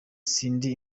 sindi